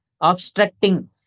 obstructing